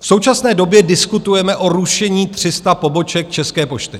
V současné době diskutujeme o rušení 300 poboček České pošty.